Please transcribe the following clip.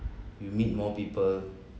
you meet more people